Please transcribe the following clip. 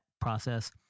process